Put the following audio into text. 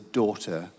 daughter